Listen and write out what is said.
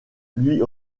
lui